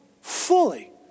fully